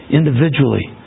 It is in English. individually